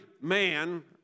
man